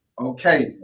okay